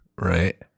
Right